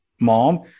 Mom